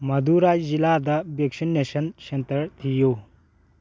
ꯃꯗꯨꯔꯥꯏ ꯖꯤꯜꯂꯥꯗ vaccination centre ꯊꯤꯌꯨ